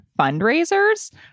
fundraisers